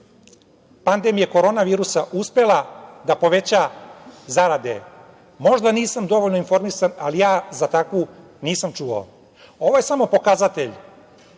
pandemije korona virusa, uspela da poveća zarade? Možda nisam dovoljno informisan, ali ja za takvu nisam čuo. Ovo je samo pokazatelj